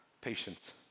patience